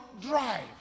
drive